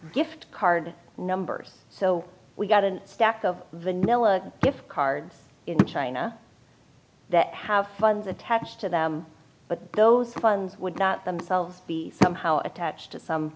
gift card numbers so we've got a stack of the nilla gift cards in china that have funds attached to them but those funds would not themselves be somehow attached to some